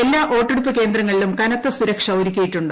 എല്ലാ വോട്ടെടുപ്പ് കേന്ദ്രങ്ങളിലും ് കനത്ത സുരക്ഷ ഒരുക്കിയിട്ടുണ്ട്